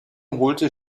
holte